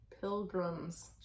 Pilgrims